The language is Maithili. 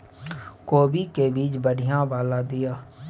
कोबी के बीज बढ़ीया वाला दिय?